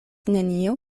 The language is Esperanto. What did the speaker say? nenio